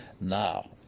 Now